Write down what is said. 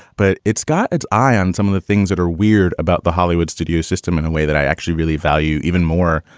but it's got its eye on some of the things that are weird about the hollywood studio system in a way that i actually really value even more.